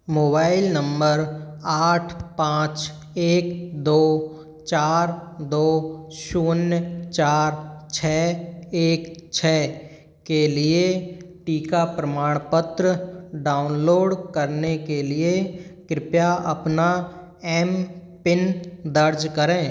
mobile number आठ पाँच एक दो चार दो शून्य चार छ एक छ के लिए टीका प्रमाण पत्र डाउनलोड करने के लिए कृपया अपना एम पिन दर्ज करें